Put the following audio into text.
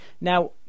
now